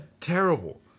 Terrible